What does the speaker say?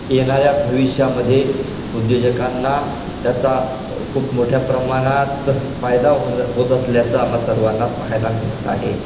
येणाऱ्या भविष्यामध्ये उद्योजकांना त्याचा खूप मोठ्या प्रमाणात फायदा होत होत असल्याचं आम्हा सर्वांना पाहायला मिळत आहे